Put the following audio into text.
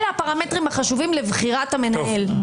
אלה הפרמטרים החשובים לבחירת המנהל?